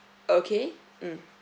okay mm